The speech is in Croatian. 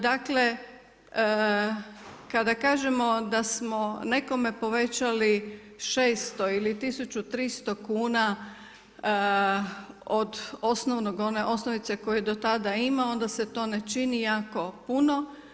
Dakle, kada kažemo da smo nekome povećali 600 ili 1300 kuna od osnovnog, one osnovice koju do tada ima, onda se to ne čini jako puno.